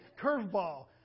curveball